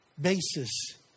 basis